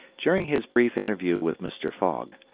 during his brief interview with mr. fogg,